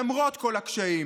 למרות כל הקשיים,